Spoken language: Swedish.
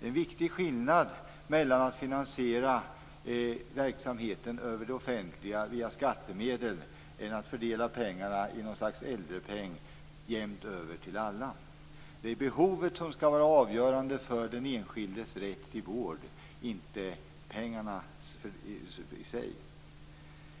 Det är en viktig skillnad mellan att finansiera verksamheten över det offentliga via skattemedel och att fördela pengarna i något slags äldrepeng jämnt över till alla. Det är behovet som skall vara avgörande för den enskildes rätt till vård, inte pengarna i sig.